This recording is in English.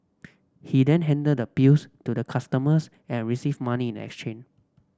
he then handed the bills to the customers and received money in exchange